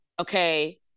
okay